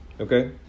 okay